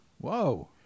Whoa